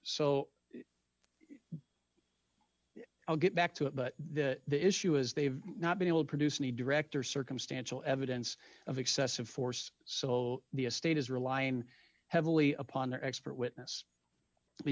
so i'll get back to it but the issue is they have not been able to produce a need to direct or circumstantial evidence of excessive force so the estate is relying heavily upon their expert witness